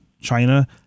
China